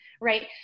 right